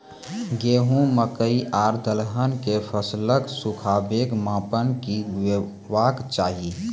गेहूँ, मकई आर दलहन के फसलक सुखाबैक मापक की हेवाक चाही?